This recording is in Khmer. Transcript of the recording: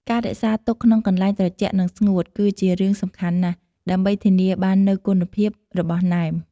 ការរក្សាទុកក្នុងកន្លែងត្រជាក់ និងស្ងួត គឺជារឿងសំខាន់ណាស់ ដើម្បីធានាបាននូវគុណភាពរបស់ណែម។